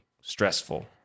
stressful